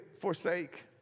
forsake